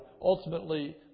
ultimately